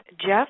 Jeff